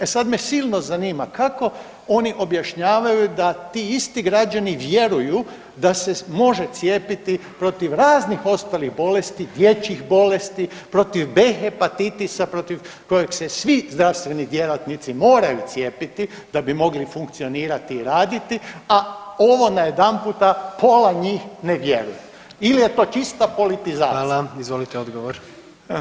E sad me silno zanima kako oni objašnjavaju da ti isti građani vjeruju da se može cijepiti protiv raznih ostalih bolesti, dječjih bolesti, protiv B hepatitisa protiv kojih se svi zdravstveni djelatnici moraju cijepiti da bi mogli funkcionirati i raditi, a ovo najedanputa pola njih ne vjeruje ili je to čista politizacija?